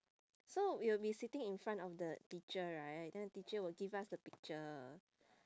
so you'll be sitting in front of the teacher right then the teacher will give us the picture